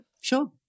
Sure